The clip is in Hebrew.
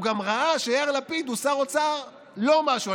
הוא ראה שיאיר לפיד הוא שר אוצר לא משהו,